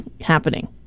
happening